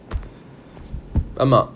ஆமா:ama